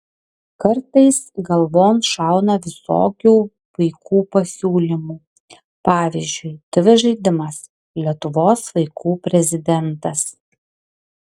kartais galvon šauna visokių paikų pasiūlymų pavyzdžiui tv žaidimas lietuvos vaikų prezidentas